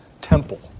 Temple